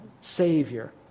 Savior